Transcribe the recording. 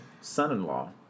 son-in-law